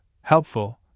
helpful